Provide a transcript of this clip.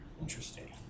Interesting